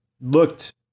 looked